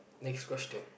next question